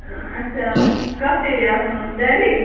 اچھا کَتھ ایرِیاہس منٛز دہلی